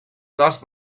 lost